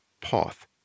path